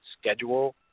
schedule